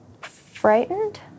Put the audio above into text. frightened